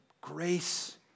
grace